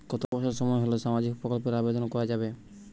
কত বছর বয়স হলে সামাজিক প্রকল্পর আবেদন করযাবে?